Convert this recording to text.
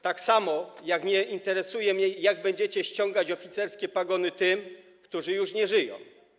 Tak samo nie interesuje mnie, jak będziecie ściągać oficerskie pagony tym, którzy już nie żyją.